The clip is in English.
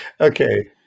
Okay